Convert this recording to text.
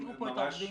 הזכירו פה את העובדים.